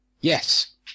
Yes